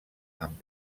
amb